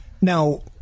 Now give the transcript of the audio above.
Now